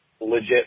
legit